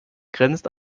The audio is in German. grenzt